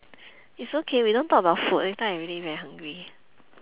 it's okay we don't talk about food later I really very hungry